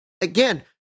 again